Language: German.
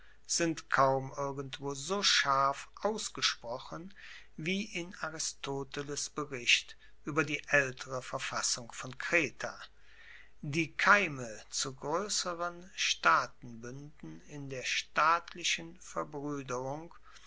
sind kaum irgendwo so scharf ausgesprochen wie in aristoteles bericht ueber die aeltere verfassung von kreta die keime zu groesseren staatenbuenden in der staatlichen verbruederung